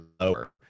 lower